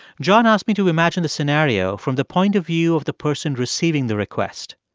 john asked me to imagine the scenario from the point of view of the person receiving the request.